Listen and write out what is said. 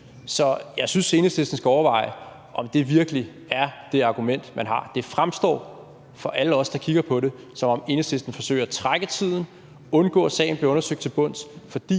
Så jeg synes, at Enhedslisten skal overveje, om det virkelig er det argument, man har. Det fremstår for alle os, der kigger på det, som om Enhedslisten forsøger at trække tiden og vil undgå, at sagen bliver undersøgt til bunds, fordi